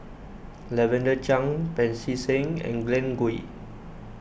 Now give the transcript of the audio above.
Lavender Chang Pancy Seng and Glen Goei